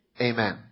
Amen